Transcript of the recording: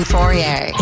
Fourier